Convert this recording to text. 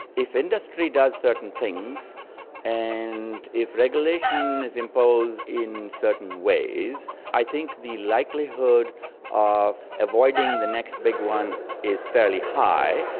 if industry does certain things and if regulation is imposed in certain ways, i think the likelihood of avoiding the next big one is fairly high,